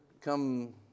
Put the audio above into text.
come